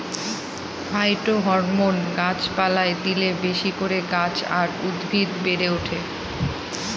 phytohormone গাছ পালায় দিলে বেশি করে গাছ আর উদ্ভিদ বেড়ে ওঠে